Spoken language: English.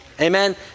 Amen